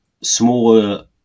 smaller